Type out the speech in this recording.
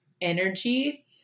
energy